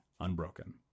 unbroken